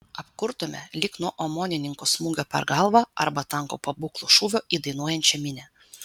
apkurtome lyg nuo omonininko smūgio per galvą arba tanko pabūklo šūvio į dainuojančią minią